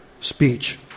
speech